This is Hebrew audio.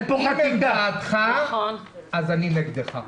אם זו דעתך, אני נגדך.